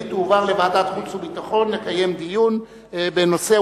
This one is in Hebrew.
והיא תועבר לוועדת חוץ וביטחון לקיים דיון בנושא,